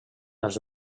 els